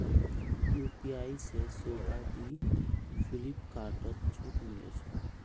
UPI से शोभा दी फिलिपकार्टत छूट मिले छे